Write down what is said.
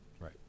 Right